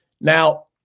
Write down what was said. Now